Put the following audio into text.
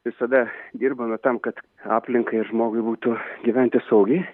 visada dirbame tam kad aplinkai ir žmogui būtų gyventi saugiai